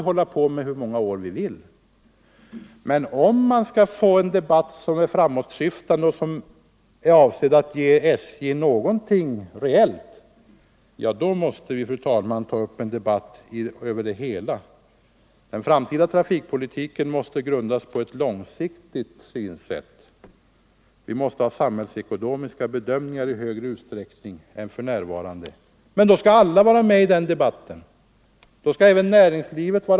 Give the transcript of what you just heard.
Om debatten skall bli framåtsyftande och ge SJ någonting reellt måste vi ta upp en allomfattande debatt. Den framtida trafikpolitiken måste grundas på ett långsiktigt synsätt. Vi måste göra samhällsekonomiska bedömningar i större utsträckning än för närvarande. Men då skall alla vara med i den debatten.